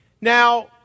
Now